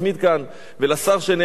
ולשר שנאלץ להיות כאן,